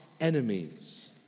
enemies